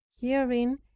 Herein